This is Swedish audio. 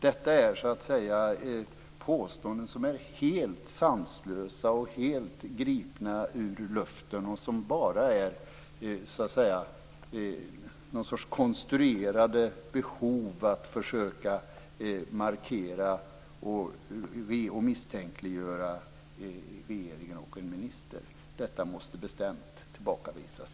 Detta är påståenden som är helt sanslösa, helt gripna ur luften som bara är någon sorts konstruerade behov av att markera och misstänkliggöra regeringen och en minister. Detta måste enligt min mening bestämt tillbakavisas.